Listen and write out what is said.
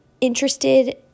interested